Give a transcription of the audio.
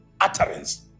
utterance